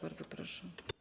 Bardzo proszę.